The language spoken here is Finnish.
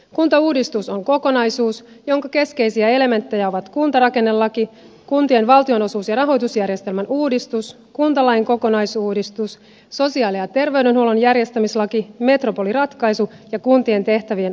kuntauudistus on kokonaisuus jonka keskeisiä elementtejä ovat kuntarakennelaki kuntien valtionosuus ja rahoitusjärjestelmän uudistus kuntalain kokonaisuudistus sosiaali ja terveydenhuollon järjestämislaki metropoliratkaisu ja kuntien tehtävien arviointi